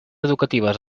educatives